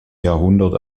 jahrhundert